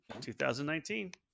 2019